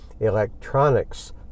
electronics